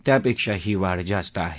त्यापेक्षा ही वाढ जास्त आहे